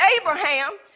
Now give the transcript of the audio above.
Abraham